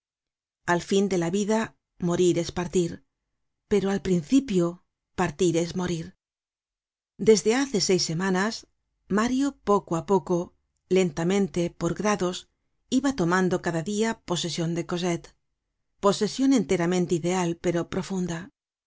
al fin de la vida morir es partir pero al principio partir es morir desde hace seis semanas mario poco á poco lentamente por grados iba tomando cada dia posesion de cosette posesion enteramente ideal pero profunda